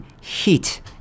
heat